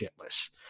shitless